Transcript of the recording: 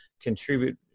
contribute